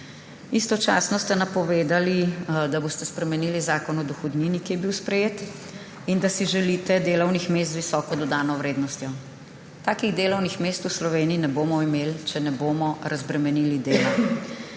Istočasno ste napovedali, da boste spremenili Zakon o dohodnini, ki je bil sprejet, in da si želite delovnih mest z visoko dodano vrednostjo. Takih delovnih mest v Sloveniji ne bomo imeli, če ne bomo razbremenili dela.